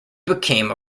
became